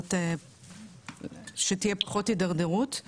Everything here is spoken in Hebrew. ולנסות שתהיה פחות התדרדרות.